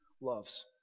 loves